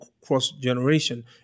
cross-generation